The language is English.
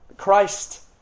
Christ